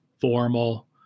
formal